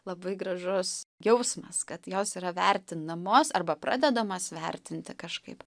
labai gražus jausmas kad jos yra vertinamos arba pradedamis vertinti kažkaip